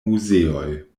muzeoj